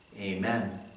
Amen